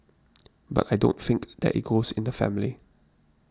but I don't think that it goes in the family